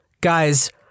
Guys